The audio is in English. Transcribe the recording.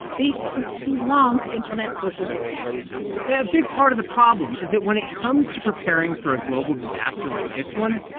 they took too long to implement social distancing yeah, a big part of the problem is that when it comes to preparing for a global disaster like this one,